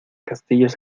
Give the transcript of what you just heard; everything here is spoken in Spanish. castillos